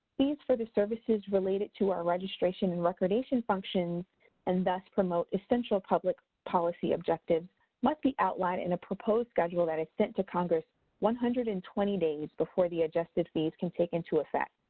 fees for the services related to our registration and recordation function and thus promote essential public policy objectives must be outlined in a proposed schedule that is sent to congress one hundred and twenty days before the adjusted fees can take into effect.